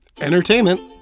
entertainment